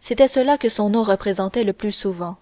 c'était cela que son nom représentait le plus souvent